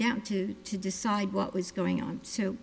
down to to decide what was going on